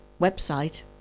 website